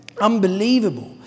unbelievable